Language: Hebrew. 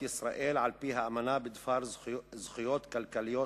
ישראל על-פי האמנה בדבר זכויות כלכליות,